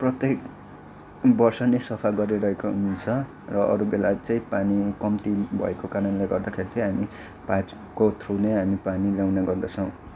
प्रत्येक वर्ष नै सफा गरिरहेको हुन्छ र अरू बेला चाहिँ पानी कम्ती भएको कारणले गर्दाखेरि चाहिँ हामी पाइपको थ्रु नै हामी पानी ल्याउने गर्दछौँ